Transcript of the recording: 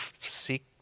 seek